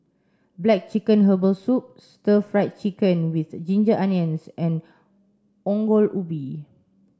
black chicken herbal soup stir fried chicken with ginger onions and Ongol Ubi